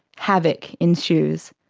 havoc ensues.